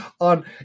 on